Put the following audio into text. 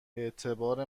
اعتبار